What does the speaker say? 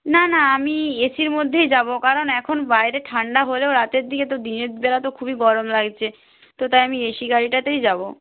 না না আমি এ সির মধ্যেই যাব কারণ এখন বাইরে ঠান্ডা হলেও রাতের দিকে তো দিনের বেলা তো খুবই গরম লাগছে তো তাই আমি এ সি গাড়িটাতেই যাব